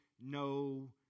no